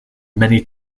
many